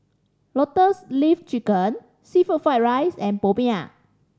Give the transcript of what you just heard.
Lotus Leaf Chicken seafood fried rice and popiah